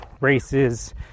races